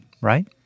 right